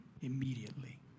immediately